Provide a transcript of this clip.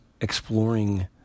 exploring